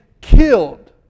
killed